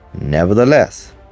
Nevertheless